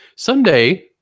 Sunday